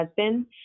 husband